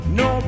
no